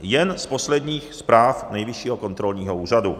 Jen z posledních zpráv Nejvyššího kontrolního úřadu.